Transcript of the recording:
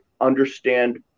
understand